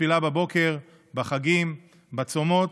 בתפילה בבוקר, בחגים, בצומות,